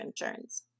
insurance